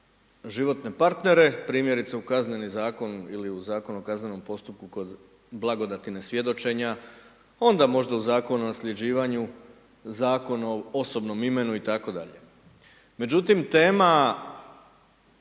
životne partnere, primjerice u Kazneni zakon, ili u Zakon o kaznenom postupku kod blagodati nesvjedočenja, onda možda u Zakon o nasljeđivanju, Zakon o osobnom imenu, i tako dalje. Međutim, tema